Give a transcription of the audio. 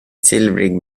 silvrig